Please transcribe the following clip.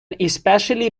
especially